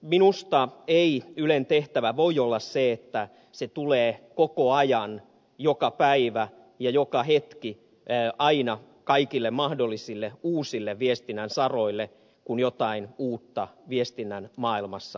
minusta ei ylen tehtävä voi olla se että se tulee koko ajan joka päivä ja joka hetki aina kaikille mahdollisille uusille viestinnän saroille kun jotain uutta viestinnän maailmassa tapahtuu